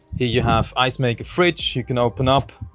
here you have ice maker fridge you can open up